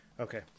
Okay